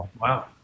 Wow